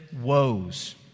woes